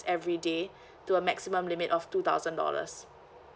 everyday to a maximum limit of two thousand dollars